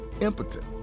impotent